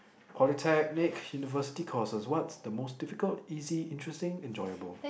polytechnic university courses what's the most difficult easy interesting enjoyable